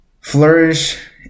flourish